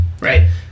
Right